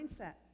mindset